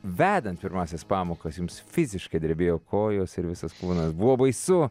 vedant pirmąsias pamokas jums fiziškai drebėjo kojos ir visas kūnas buvo baisu